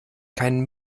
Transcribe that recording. kein